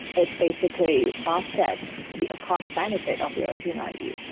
it basically offset the cost benefit of the original idea.